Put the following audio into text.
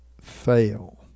fail